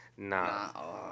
Nah